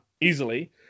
easily